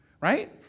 right